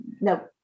no